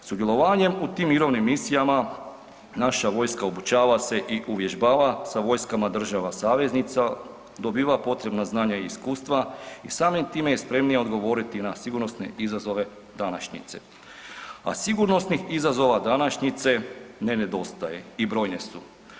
Sudjelovanjem u tim mirovnim misijama naša vojska obučava se i uvježbava sa vojskama država saveznica, dobiva potrebna znanja i iskustva i samim time je spremnija odgovoriti na sigurnosne izazove današnjice, a sigurnosnih izazova današnjice ne nedostaje i brojne su.